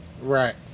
Right